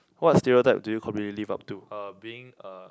what stereotype do you completely live up to uh being a